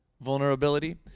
vulnerability